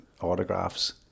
autographs